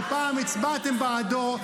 שפעם הצבעתם בעדו,